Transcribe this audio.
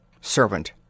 Servant